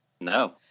No